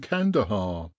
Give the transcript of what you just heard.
Kandahar